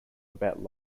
about